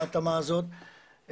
ההתאמה הזאת,